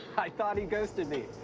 i thought he ghosted me,